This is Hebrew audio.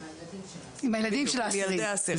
אנחנו דנים על ילדי האסירים.